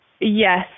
Yes